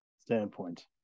standpoint